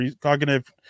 cognitive